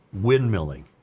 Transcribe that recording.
windmilling